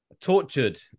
tortured